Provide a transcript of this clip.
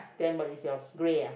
then what is yours grey ah